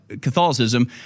Catholicism